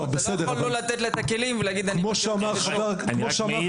אתה לא יכול לתת לה את הכלים ולהגיד --- אני רק אעיר